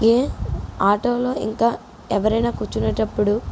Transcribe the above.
ఏ ఆటోలో ఇంకా ఎవరైనా కూర్చునేటప్పుడు